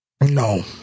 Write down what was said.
No